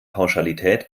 pauschalität